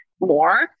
more